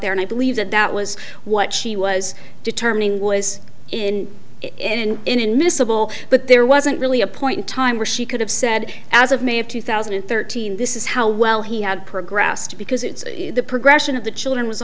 there and i believe that that was what she was determining was in in in unmissable but there wasn't really a point in time where she could have said as of may of two thousand and thirteen this is how well he had progressed because it's the progression of the children was